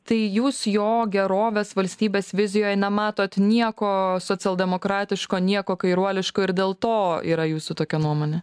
tai jūs jo gerovės valstybės vizijoje nematot nieko socialdemokratiško nieko kairuoliško ir dėl to yra jūsų tokia nuomonė